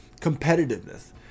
competitiveness